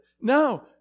no